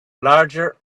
larger